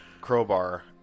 crowbar